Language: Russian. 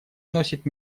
носит